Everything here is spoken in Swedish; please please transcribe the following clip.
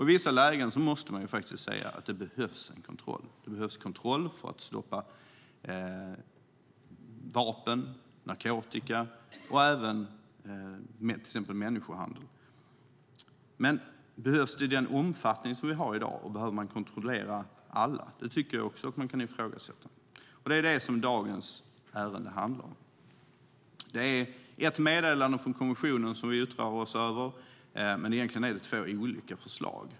I vissa lägen behövs det en kontroll för att stoppa vapen, narkotika och människohandel, men behövs det i den omfattning man har i dag och behöver man kontrollera alla? Det kan man också ifrågasätta. Detta handlar dagens ärende om. Vi yttrar oss över ett meddelande från kommissionen men egentligen två olika förslag.